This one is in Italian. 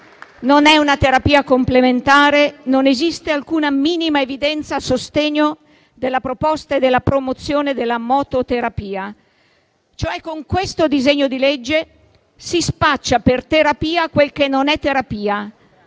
non è una terapia complementare, non esiste alcuna minima evidenza a sostegno della proposta e della promozione della mototerapia. Con questo disegno di legge si spaccia per terapia quel che non lo